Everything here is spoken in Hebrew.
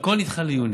הכול נדחה ליוני.